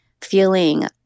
feeling